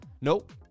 nope